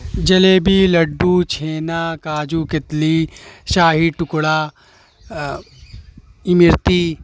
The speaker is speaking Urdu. جلیبی لڈو چھینا کاجو کتلی شاہی ٹکڑا امرتی